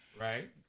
Right